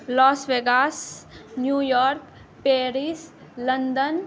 loss Vegas New York Paris London